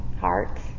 hearts